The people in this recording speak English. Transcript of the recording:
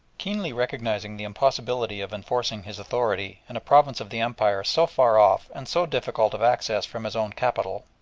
keenly recognising the impossibility of enforcing his authority in a province of the empire so far off and so difficult of access from his own capital,